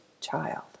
child